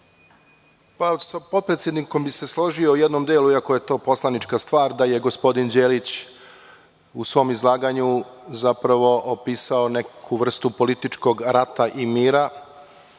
Sa potpredsednikom bi se složio u jednom delu iako je to poslanička stvar da je gospodin Đelić u svom izlaganju zapravo opisao neku vrstu političkog rata i mira.